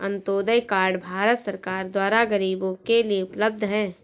Antyodaya card Bharat सरकार द्वारा गरीबो के लिए उपलब्ध है